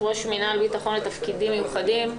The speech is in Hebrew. ראש מינהל ביטחון לתפקידים מיוחדים,